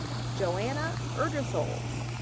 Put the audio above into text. joanna udrasols.